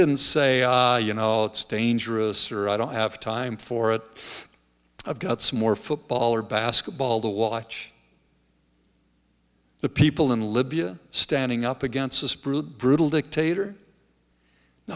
didn't say you know it's dangerous or i don't have time for that i've got some more football or basketball to watch the people in libya standing up against this brutal brutal dictator